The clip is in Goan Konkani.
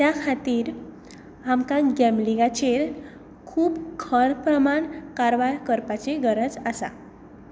त्या खातीर आमकां गॅमलिंगाचेर खूब खर प्रमाण कारवाय करपाची गरज आसा